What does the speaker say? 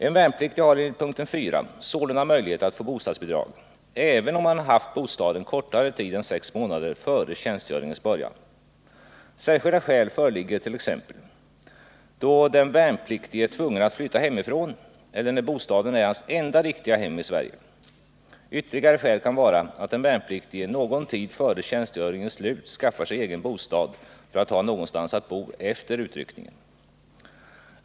En värnpliktig har enligt punkten 4 sålunda möjlighet att få bostadsbidrag även om han har haft bostaden kortare tid än sex månader före tjänstgöringens början. Särskilda skäl föreligger t.ex. då den värnpliktige är tvungen att flytta hemifrån eller när bostaden är hans enda riktiga hem i Sverige. Ytterligare skäl kan vara att den värnpliktige någon tid före tjänstgöringens slut skaffar sig egen bostad för att ha någonstans att bo efter utryckningen.